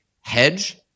hedge